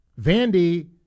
Vandy